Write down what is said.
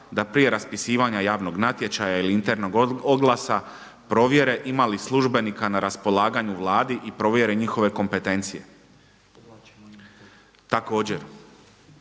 da prije raspisivanja javnog natječaja ili internog oglasa provjere ima li službenika na raspolaganju u Vladi i provjeri njihove kompetencije. Također,